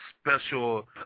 Special